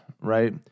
right